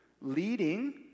leading